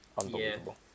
Unbelievable